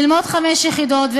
ללמוד חמש יחידות.